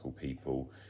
people